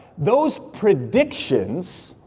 those predictions,